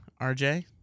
RJ